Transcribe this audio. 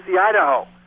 Idaho